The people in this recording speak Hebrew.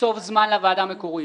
לקצוב זמן לוועדה המקורית,